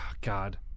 God